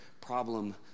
problem